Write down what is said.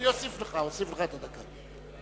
האם אתה, את התפיסה, שמבוססת גם מחקרית,